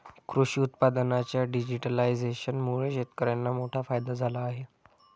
कृषी उत्पादनांच्या डिजिटलायझेशनमुळे शेतकर्यांना मोठा फायदा झाला आहे